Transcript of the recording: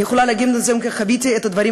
אני יכולה להגיד לכם שחוויתי את הדברים